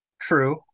True